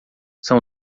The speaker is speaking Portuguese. são